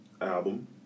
album